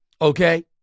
okay